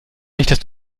nicht